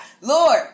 Lord